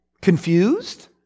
confused